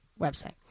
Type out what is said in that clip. website